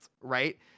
right